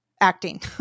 acting